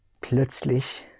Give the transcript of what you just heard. plötzlich